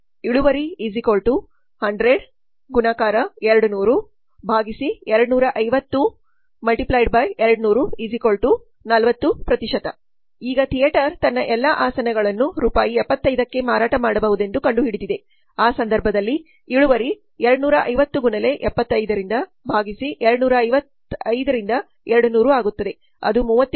ಇಳುವರಿ 100 × 200250 × 200 40 ಈಗ ಥಿಯೇಟರ್ ತನ್ನ ಎಲ್ಲಾ ಆಸನಗಳನ್ನು ರೂ 75 ಕ್ಕೆ ಮಾರಾಟ ಮಾಡಬಹುದೆಂದು ಕಂಡುಹಿಡಿದಿದೆ ಆ ಸಂದರ್ಭದಲ್ಲಿ ಇಳುವರಿ 250 ಗುಣಲೇ 75 ರಿಂದ ಭಾಗಸಿ 250 ರಿಂದ 200 ಆಗುತ್ತದೆ ಅದು 37